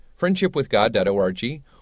friendshipwithgod.org